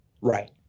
Right